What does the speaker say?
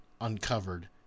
uncovered